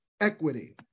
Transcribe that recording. equity